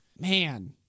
Man